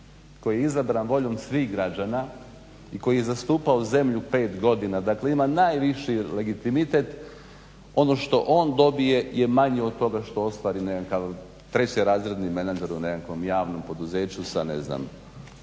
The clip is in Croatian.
koji je izabran voljom svih građana i koji je zastupao zemlju 5 godina, dakle ima najviši legitimitet ono što on dobije je manje od toga što ostvari nekakav trećerazredni menadžer u nekakvom javnom poduzeću sa ne znam